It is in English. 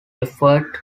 effort